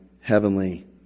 heavenly